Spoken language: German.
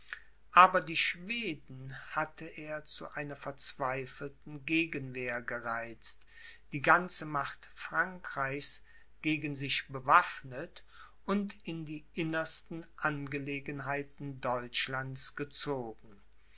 aber die schweden hatte er zu einer verzweifelten gegenwehr gereizt die ganze macht frankreichs gegen sich bewaffnet und in die innersten angelegenheiten deutschlands gezogen